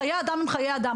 חיי אדם הם חיי אדם.